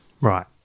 Right